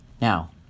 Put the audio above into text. Now